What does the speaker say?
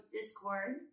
discord